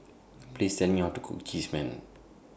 Please Tell Me How to Cook Cheese Naan